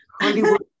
Hollywood